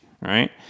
right